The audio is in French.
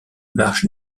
marche